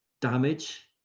damage